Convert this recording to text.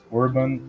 urban